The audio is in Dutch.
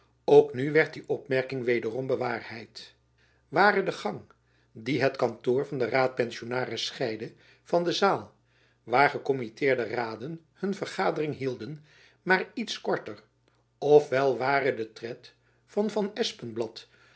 ook nu werd die opmerking wederom bewaarheid ware de gang die het kantoor van den raadpensionaris scheidde van de zaal waar gekommitteerde raden hun vergadering hielden maar iets korter of wel ware de tred van van